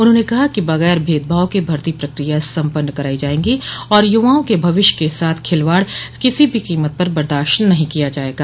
उन्होंने कहा कि बगैर भेदभाव के भर्ती प्रक्रिया सम्पन्न कराई जायेंगी और युवाओं के भविष्य के साथ खिलवाड़ किसी भी कोमत पर बर्दाश्त नहीं किया जायेगा